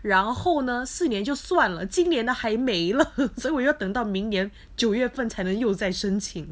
然后呢四年就算了今年的还没了 so 我要等到明年九月份才能又再申请